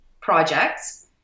projects